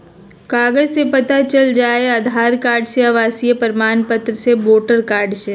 कागज से पता चल जाहई, आधार कार्ड से, आवासीय प्रमाण पत्र से, वोटर कार्ड से?